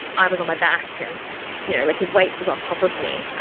i was on my back and you know like his weight was on top of me.